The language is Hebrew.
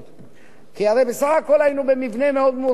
של תאגידי כיבוי מכל מיני סוגים,